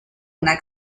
una